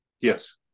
Yes